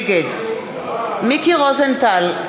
נגד מיקי רוזנטל,